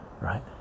right